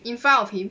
in front of him